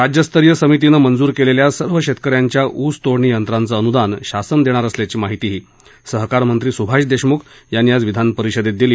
राज्यस्तरीय समितीनं मंजूर केलेल्या सर्व शेतकऱ्यांच्या ऊसतोडणी यंत्रांचं अन्दान शासन देणार असल्याची माहिती सहकार मंत्री सुभाष देशमुख यांनी आज विधानपरिषदेत दिली